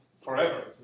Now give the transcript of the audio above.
Forever